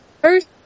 first